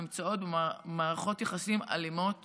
נמצאות במערכות יחסים אלימות